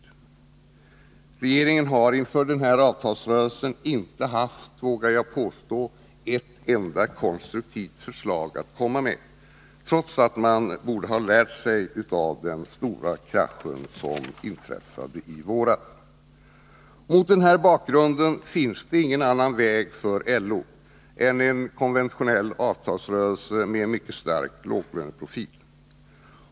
Jag vågar påstå att regeringen inför den här avtalsrörelsen inte haft ett enda konstruktivt förslag att komma med — trots att man borde ha lärt av den stora krasch som inträffade i våras. Mot denna bakgrund finns det ingen annan väg för LO än en konventionell avtalsrörelse med en mycket utpräglad låglöneprofil.